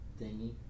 thingy